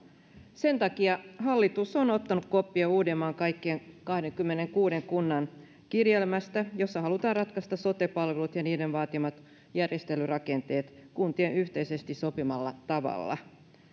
sen takia hallitus on ottanut koppia uudenmaan kaikkien kahdenkymmenenkuuden kunnan kirjelmästä jossa halutaan ratkaista sote palvelut ja niiden vaatimat järjestelyrakenteet kuntien yhteisesti sopimalla tavalla